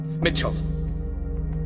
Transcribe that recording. Mitchell